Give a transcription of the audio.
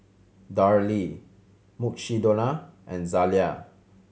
Darlie Mukshidonna and Zalia